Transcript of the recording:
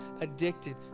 addicted